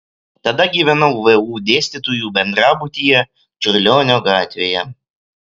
tada gyvenau vu dėstytojų bendrabutyje čiurlionio gatvėje